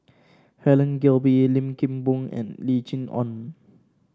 Helen Gilbey Lim Kim Boon and Lim Chee Onn